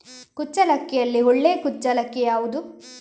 ಕುಚ್ಚಲಕ್ಕಿಯಲ್ಲಿ ಒಳ್ಳೆ ಕುಚ್ಚಲಕ್ಕಿ ಯಾವುದು?